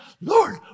Lord